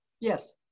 Yes